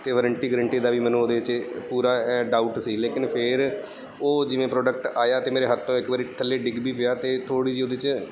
ਅਤੇ warranty guarantee ਦਾ ਵੀ ਮੈਨੂੰ ਉਹਦੇ 'ਚ ਪੂਰਾ ਡਾਊਟ ਸੀ ਲੇਕਿਨ ਫਿਰ ਉਹ ਜਿਵੇਂ ਪ੍ਰੋਡਕਟ ਆਇਆ ਅਤੇ ਮੇਰੇ ਹੱਥ ਤੋਂ ਇੱਕ ਵਾਰੀ ਥੱਲੇ ਡਿੱਗ ਵੀ ਪਿਆ ਅਤੇ ਥੋੜ੍ਹੀ ਜਿਹੀ ਉਹਦੇ 'ਚ